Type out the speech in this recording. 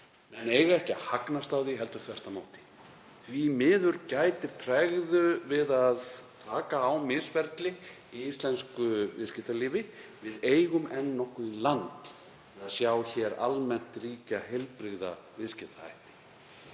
Menn eiga ekki að hagnast á því heldur þvert á móti. Því miður gætir tregðu við að taka á misferli í íslensku viðskiptalífi. Við eigum enn nokkuð í land að sjá hér almennt ríkja heilbrigða viðskiptahætti.